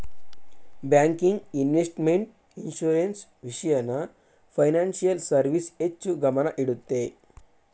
banking, investment, insurance, ವಿಷಯನ financial service ಹೆಚ್ಚು ಗಮನ ಇಡುತ್ತೆ